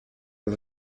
los